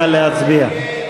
נא להצביע.